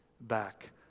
back